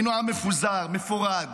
היינו עם מפוזר, מפורד,